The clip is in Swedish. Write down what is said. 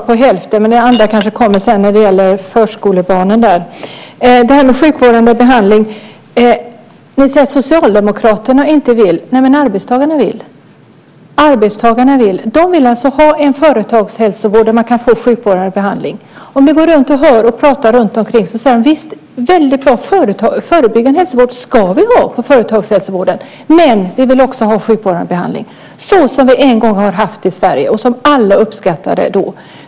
Fru talman! Det var bara svar på hälften av det jag frågade om, men svar om det andra - om förskolebarnen - kanske kommer senare. När det gäller detta med sjukvårdande behandling säger ni att Socialdemokraterna inte vill. Nej, men arbetstagarna vill ha en företagshälsovård där man kan få sjukvårdande behandling. Gå runt och hör och prata så hör ni att man säger: Visst, en väldigt bra förebyggande hälsovård ska vi ha i företagshälsovården, men vi vill också ha sjukvårdande behandling - precis som vi en gång haft i Sverige och som alla då uppskattade.